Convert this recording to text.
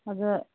ꯑꯗ